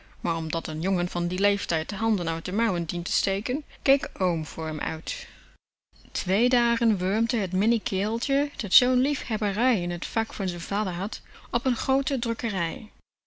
maar omdat n jongen van dien leeftijd de handen uit de mouwen dient te steken keek oom voor m uit twee dagen wurmde t minne kereltje dat zoo'n liefhebberij in t vak van z'n vader had op n groote drukkerij